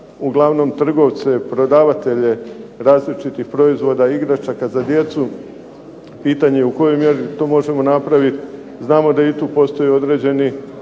isto na trgovce, prodavatelje različitih proizvoda, igračaka za djecu? Pitanje je u kojoj mjeri to možemo napraviti. Znamo da i tu postoje određeni